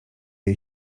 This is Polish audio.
jej